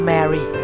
Mary